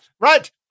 Right